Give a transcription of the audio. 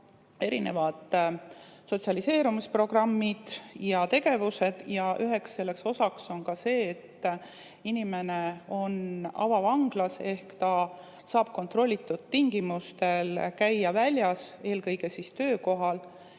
olemas sotsialiseerumisprogrammid ja ‑tegevused. Üheks nende osaks on ka see, et inimene on avavanglas ehk ta saab kontrollitud tingimustel käia väljas, eelkõige töökohal,